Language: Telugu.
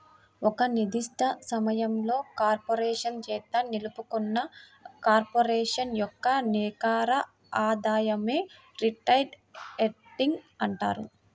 ఒక నిర్దిష్ట సమయంలో కార్పొరేషన్ చేత నిలుపుకున్న కార్పొరేషన్ యొక్క నికర ఆదాయమే రిటైన్డ్ ఎర్నింగ్స్ అంటారు